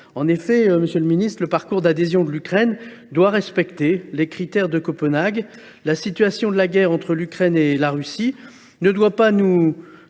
En effet, monsieur le ministre, le parcours d’adhésion de l’Ukraine doit respecter les critères de Copenhague. L’état de guerre entre l’Ukraine et la Russie ne doit pas nous